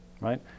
right